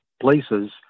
places